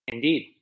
Indeed